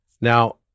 Now